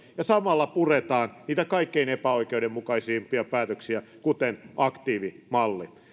ja samalla puretaan niitä kaikkein epäoikeudenmukaisimpia päätöksiä kuten aktiivimalli